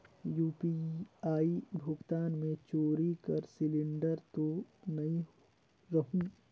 UPI भुगतान मे चोरी कर सिलिंडर तो नइ रहु?